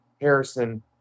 Harrison